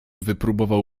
wypróbował